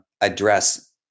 address